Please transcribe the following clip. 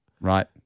Right